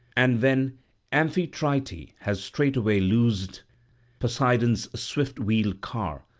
and when amphitrite has straightway loosed poseidon's swift-wheeled car,